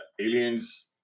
aliens